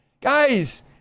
guys